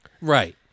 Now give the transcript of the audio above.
Right